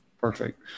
Perfect